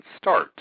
start